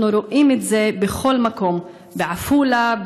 אנחנו רואים את זה בכל מקום: בעפולה,